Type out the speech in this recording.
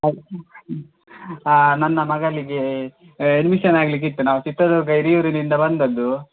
ನನ್ನ ಮಗಳಿಗೆ ಎಡ್ಮಿಷನ್ ಆಗ್ಲಿಕ್ಕಿತ್ತು ನಾವು ಚಿತ್ರದುರ್ಗ ಹಿರಿಯೂರಿನಿಂದ ಬಂದದ್ದು